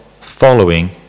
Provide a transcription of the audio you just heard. following